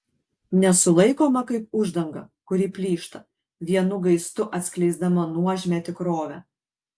nesulaikoma kaip uždanga kuri plyšta vienu gaistu atskleisdama nuožmią tikrovę